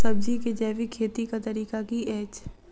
सब्जी केँ जैविक खेती कऽ तरीका की अछि?